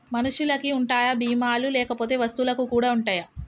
మనుషులకి ఉంటాయా బీమా లు లేకపోతే వస్తువులకు కూడా ఉంటయా?